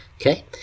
okay